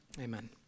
Amen